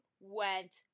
went